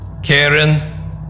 Karen